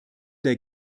der